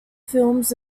films